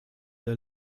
der